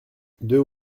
deux